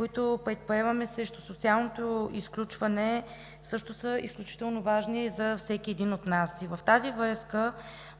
които предприемаме срещу социалното изключване, са също изключително важни за всеки един от нас. В тази връзка